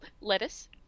Lettuce